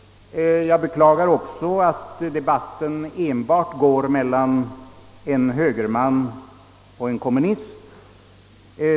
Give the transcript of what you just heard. Jag beklagar också att debatten enbart förts mellan en högerman och en kommunist.